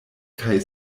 kaj